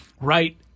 right